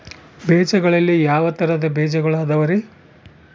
ಬೇಜಗಳಲ್ಲಿ ಯಾವ ತರಹದ ಬೇಜಗಳು ಅದವರಿ?